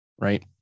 right